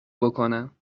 بکنم